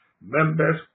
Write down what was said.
Members